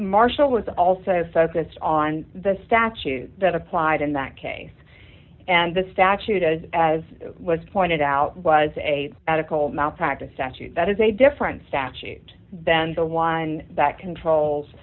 it was also focused on the statute that applied in that case and the statute as as was pointed out was a medical malpractise statute that is a different statute then the one that controls